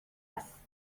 است